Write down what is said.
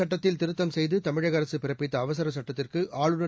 சுட்டத்தில் திருத்தம் செய்து தமிழக அரசு பிறப்பித்த அவசரச் சுட்டத்திற்கு ஆளுநர்